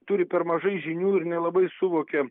turi per mažai žinių ir nelabai suvokia